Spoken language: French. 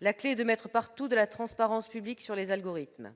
la clé est de mettre partout de la transparence publique sur les algorithmes,